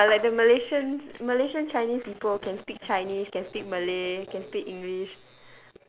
ya like the malaysians malaysian chinese people can speak chinese can speak malay can speak english